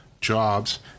jobs